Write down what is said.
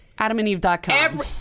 AdamAndEve.com